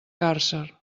càrcer